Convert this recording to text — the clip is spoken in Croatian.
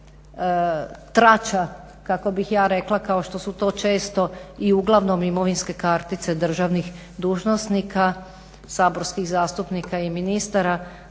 trača, kako bih ja rekla, kao što su to često i uglavnom imovinske kartice državnih dužnosnika, Saborskih zastupnika i ministara,